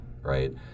right